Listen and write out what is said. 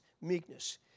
meekness